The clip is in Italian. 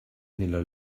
nella